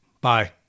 bye